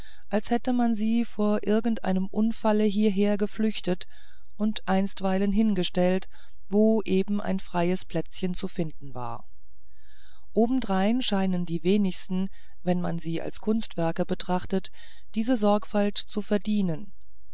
als hätte man sie vor irgendeinem unfalle hierher geflüchtet und einstweilen hingestellt wo eben ein freies plätzchen zu finden war obendrein scheinen die wenigsten wenn man sie als kunstwerke betrachtet diese sorgfalt zu verdienen